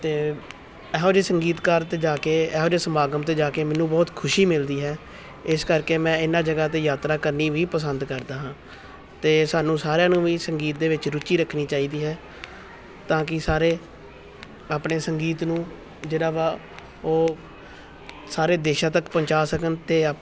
ਅਤੇ ਇਹੋ ਜਿਹੇ ਸੰਗੀਤਕਾਰ 'ਤੇ ਜਾ ਕੇ ਇਹੋ ਜਿਹੇ ਸਮਾਗਮ 'ਤੇ ਜਾ ਕੇ ਮੈਨੂੰ ਬਹੁਤ ਖੁਸ਼ੀ ਮਿਲਦੀ ਹੈ ਇਸ ਕਰਕੇ ਮੈਂ ਇਹਨਾਂ ਜਗ੍ਹਾ 'ਤੇ ਯਾਤਰਾ ਕਰਨੀ ਵੀ ਪਸੰਦ ਕਰਦਾ ਹਾਂ ਅਤੇ ਸਾਨੂੰ ਸਾਰਿਆਂ ਨੂੰ ਵੀ ਸੰਗੀਤ ਦੇ ਵਿੱਚ ਰੁਚੀ ਰੱਖਣੀ ਚਾਹੀਦੀ ਹੈ ਤਾਂ ਕਿ ਸਾਰੇ ਆਪਣੇ ਸੰਗੀਤ ਨੂੰ ਜਿਹੜਾ ਵਾ ਉਹ ਸਾਰੇ ਦੇਸ਼ਾਂ ਤੱਕ ਪਹੁੰਚਾ ਸਕਣ ਅਤੇ